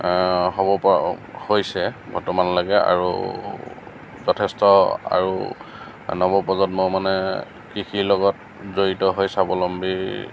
হ'ব পৰা হৈছে বৰ্তমানলৈকে আৰু যথেষ্ট আৰু নৱ প্ৰজন্ম মানে কৃষিৰ লগত জড়িত হৈ স্বাৱলম্বী